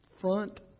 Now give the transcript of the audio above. front